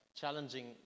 challenging